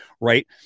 right